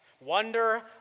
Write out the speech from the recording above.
Wonder